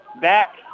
back